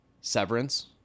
Severance